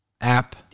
app